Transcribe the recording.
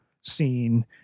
scene